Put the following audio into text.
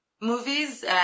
movies